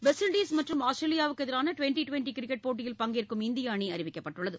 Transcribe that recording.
west Indies மற்றும் ஆஸ்திரேலியாவுக்கு எதிரான ட்வென்டி ட்வென்டி கிரிக்கெட் போட்டியில் பங்கேற்கும் இந்திய அணி அறிவிக்கப்பட்டுள்ளது